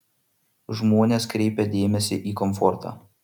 žmonės kreipia dėmesį į komfortą